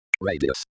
Radius